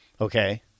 Okay